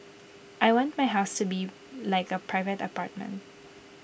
I want my house to be like A private apartment